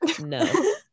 no